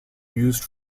used